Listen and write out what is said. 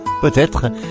peut-être